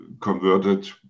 converted